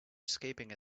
escaping